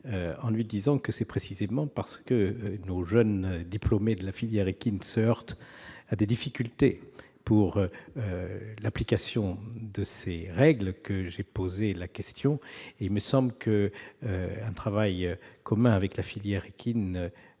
et sept secondes. C'est précisément parce que nos jeunes diplômés de la filière équine se heurtent à des difficultés pour l'application de ces règles que j'ai posé ma question. Il me semble qu'un travail commun entre la filière équine